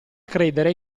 credere